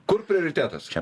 kur prioritetas čia